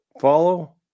Follow